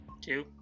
Two